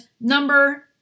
number